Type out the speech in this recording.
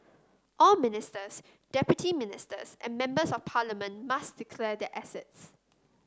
all ministers deputy ministers and members of parliament must declare their assets